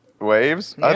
Waves